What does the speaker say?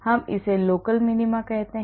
हम इसे local minima कहते हैं